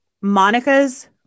Monica's